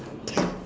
can